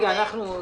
את מכירה מצב כזה?